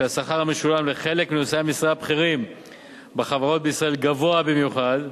שהשכר המשולם לחלק מנושאי המשרה הבכירים בחברות בישראל גבוה במיוחד,